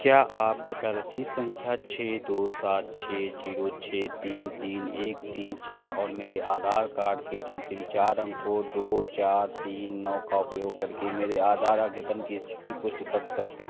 क्या आप कृपया रसीद संख्या छः दो सात छः जीरो छः तीन तीन तीन एक तीन चार और मेरे आधार कार्ड के अन्तिम चार अंकों दो चार तीन नौ का उपयोग करके मेरे आधार अद्यतन की स्थिति की पुष्टि कर सकते हैं